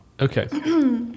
Okay